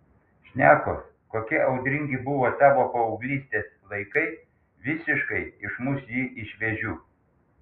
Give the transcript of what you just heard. šnekos kokie audringi buvo tavo paauglystės laikai visiškai išmuš jį iš vėžių